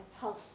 pulse